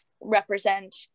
represent